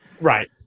right